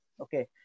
Okay